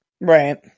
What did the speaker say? Right